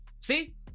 see